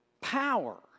power